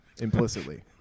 Implicitly